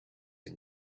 and